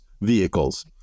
vehicles